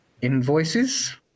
invoices